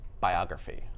biography